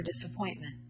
disappointment